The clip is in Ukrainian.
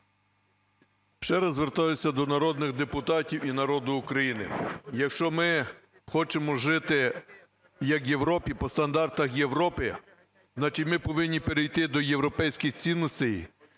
Ще раз звертаюся до народних депутатів і народу України: якщо ми хочемо жити, як у Європі, по стандартам Європи, значить, ми повинні перейти до європейських цінностей,